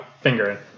finger